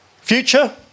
Future